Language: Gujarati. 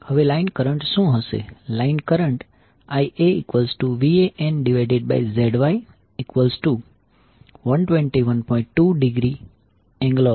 હવે લાઈન કરંટ શું હશે